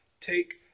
take